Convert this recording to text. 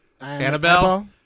Annabelle